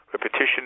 repetition